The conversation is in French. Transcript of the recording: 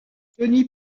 tony